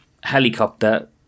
helicopter